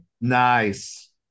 Nice